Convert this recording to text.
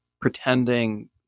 pretending